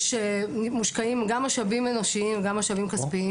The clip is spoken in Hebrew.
מושקעים גם משאבים אנושיים וגם משאבים כספיים